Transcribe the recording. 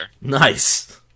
Nice